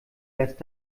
lässt